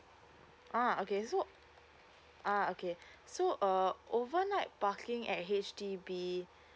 ah okay so ah okay so uh overnight parking at H_D_B